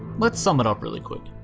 let's sum it up really quick.